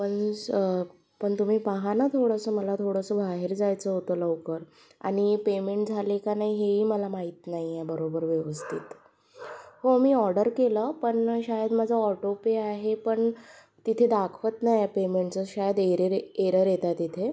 पण स पण तुम्ही पाहा ना थोडंसं मला थोडंसं बाहेर जायचं होतं लवकर आणि पेमेंट झाले का नाही हेही मला माहीत नाही आहे बरोबर व्यवस्थित हो मी ऑर्डर केलं पण शायद माझा ऑटो पे आहे पण तिथे दाखवत नाही पेमेंटचं शायद एरेरे एरर येत आहेत येथे